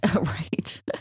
Right